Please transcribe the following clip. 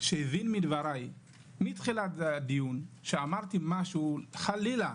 שהבין מדבריי מתחילת הדיון, שאמרתי משהו חלילה